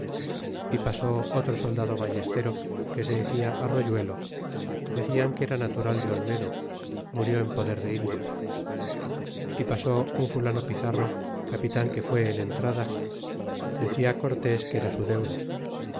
e pasó otro soldado vallestero que se dedal arroyuelo decian que era natural de olmedo murió en poder de indios e pasó un fulano pizarro capitan que fué en entradas decia cortés que era su deudo